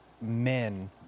men